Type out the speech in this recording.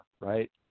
right